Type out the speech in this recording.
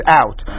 out